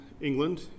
England